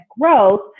growth